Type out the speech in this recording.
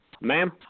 ma'am